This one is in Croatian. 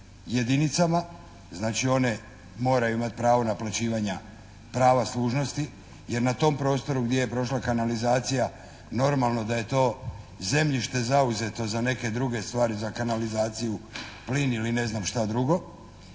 jedinicama. Znači one moraju imati pravo naplaćivanja prava služnosti, jer na tom prostoru gdje je prošla kanalizacija normalno da je to zemljište zauzeto za neke druge stvari, za kanalizaciju, plin ili ne znam šta drugo.